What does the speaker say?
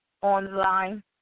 online